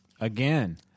Again